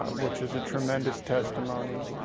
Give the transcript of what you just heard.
which is a tremendous testimony.